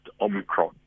Omicron